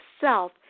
self